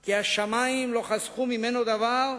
כי השמים לא חסכו ממנו דבר,